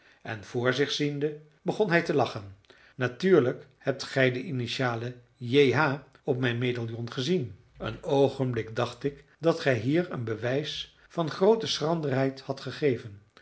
en voor zich ziende begon hij te lachen natuurlijk hebt gij de initialen j h op mijn medaillon gezien een oogenblik dacht ik dat gij hier een bewijs van groote schranderheid hadt gegeven